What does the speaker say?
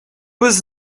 was